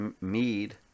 Mead